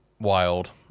wild